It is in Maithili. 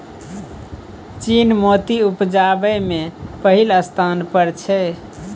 चीन मोती उपजाबै मे पहिल स्थान पर छै